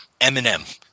Eminem